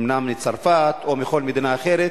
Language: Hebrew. אומנם מצרפת או מכל מדינה אחרת,